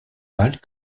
pâles